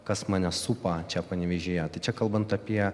kas mane supa čia panevėžyje tai čia kalbant apie